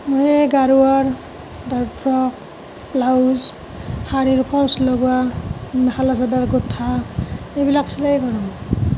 মই গাৰু ৱাৰ আৰু ফ্ৰক ব্লাউজ শাড়ীৰ ফল্ছ লগোৱা মেখেলা চাদৰ গোঁঠা এইবিলাক চিলাই কৰোঁ